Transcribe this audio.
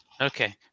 Okay